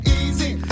easy